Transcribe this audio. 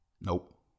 Nope